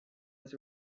was